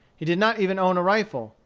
he did not even own a rifle,